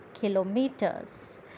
kilometers